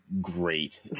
Great